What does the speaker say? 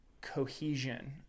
cohesion